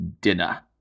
dinner